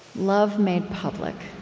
love made public